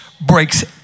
breaks